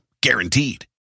Guaranteed